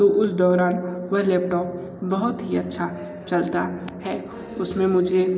तो उस दौरान वह लैपटॉप बहुत ही अच्छा चलता है उसमें मुझे